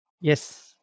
yes